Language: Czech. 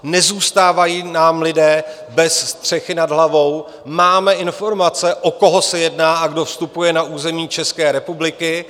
Nezůstávají nám lidé bez střechy nad hlavou, máme informace, o koho se jedná a kdo vstupuje na území České republiky.